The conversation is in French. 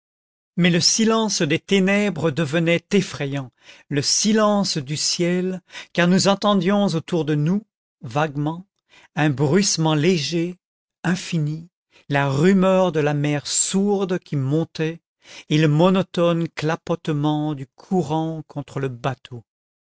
mais le silence des ténèbres devenait effrayant le silence du ciel car nous entendions autour de nous vaguement un bruissement léger infini la rumeur de la mer sourde qui montait et le monotone clapotement du courant contre le bateau